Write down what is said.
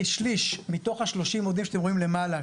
כשליש מתוך ה-30 שאתם רואים למעלה,